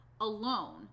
alone